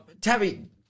Tabby